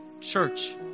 church